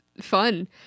fun